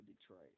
Detroit